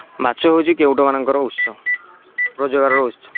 ମାଛ ହେଉଛି କେଉଟ ମାନଙ୍କର ଉତ୍ସ ରୋଜଗାରର ଉତ୍ସ